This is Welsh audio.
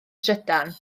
trydan